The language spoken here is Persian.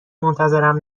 منتظرم